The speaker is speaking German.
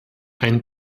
ein